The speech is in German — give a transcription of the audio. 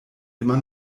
immer